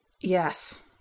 Yes